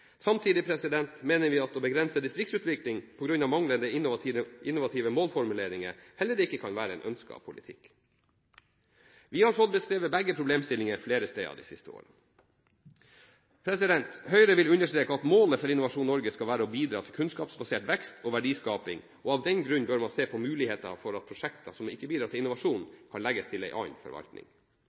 Samtidig mener vi at å begrense distriktsutvikling på grunn av manglende innovative målformuleringer heller ikke kan være en ønsket politikk. Vi har fått beskrevet begge problemstillingene flere steder de siste årene. Høyre vil understreke at målet for Innovasjon Norge skal være å bidra til kunnskapsbasert vekst og verdiskaping. Av den grunn bør man se på muligheter for at prosjekter som ikke bidrar til innovasjon, kan legges til en annen forvaltning.